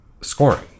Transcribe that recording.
scoring